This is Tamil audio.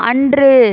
அன்று